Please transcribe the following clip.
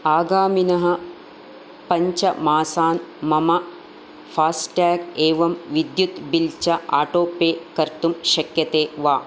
आगामिनः पञ्च मासान् मम फास्टाग् एवंं विद्युत् बिल् च आटो पे कर्तुं शक्यते वा